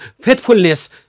faithfulness